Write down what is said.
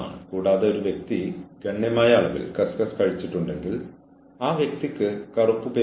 ഇപ്പോൾ പുരോഗമനപരമായ അച്ചടക്കം പിന്തുണയ്ക്കണമെന്നില്ല